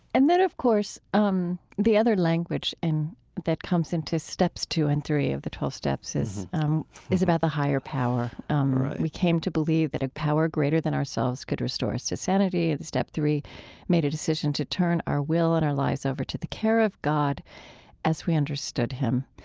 and then of course um the other language that comes into steps two and three of the twelve steps is um is about the higher power um we came to believe that power greater than ourselves could restore us to sanity. and step three made a decision to turn our will and our lives over to the care of god as we understood him.